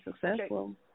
successful